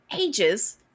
ages